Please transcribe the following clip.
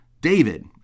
David